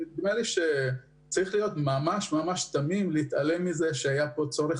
צריך להיות ממש תמים בכדי להתעלם מהצורך